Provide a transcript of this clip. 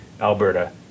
Alberta